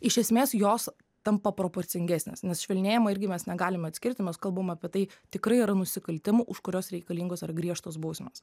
iš esmės jos tampa proporcingesnės nes švelnėjimo irgi mes negalime atskirti mes kalbam apie tai tikrai yra nusikaltimų už kurios reikalingos yra griežtos bausmės